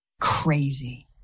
crazy